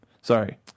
sorry